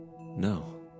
no